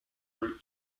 route